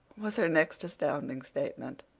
was her next astounding statement,